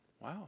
wow